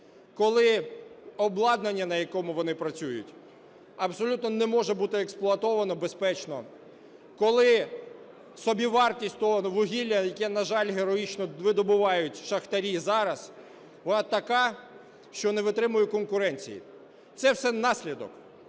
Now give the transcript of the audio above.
коли обладнання, на якому вони працюють, абсолютно не може бути експлуатовано безпечно, коли собівартість того вугілля, яке, на жаль, героїчно видобувають шахтарі зараз, вона така, що не витримує конкуренції. Це все наслідок,